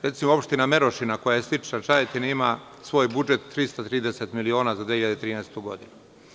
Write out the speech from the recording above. Recimo, Opština Merošina, koja je slična Čajetini ima svoj budžet 330.000.000 za 2013. godinu.